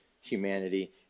humanity